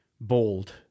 bold